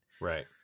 Right